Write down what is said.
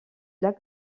lac